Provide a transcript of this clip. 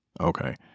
Okay